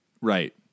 right